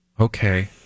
Okay